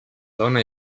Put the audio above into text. dona